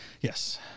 Yes